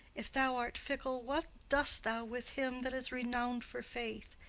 if thou art fickle, what dost thou with him that is renown'd for faith?